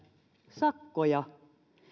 sakkoja